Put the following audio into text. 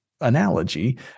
analogy